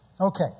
Okay